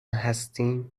هستیم